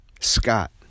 Scott